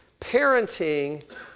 parenting